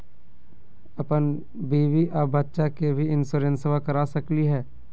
अपन बीबी आ बच्चा के भी इंसोरेंसबा करा सकली हय?